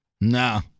Nah